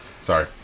Sorry